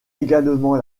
également